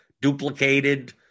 duplicated